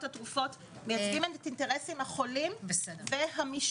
התרופות אלא את האינטרסים של החולים והמשפחות.